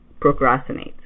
procrastinate